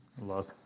love